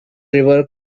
river